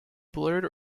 blurred